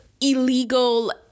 illegal